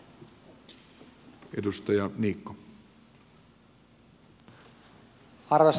arvoisa puhemies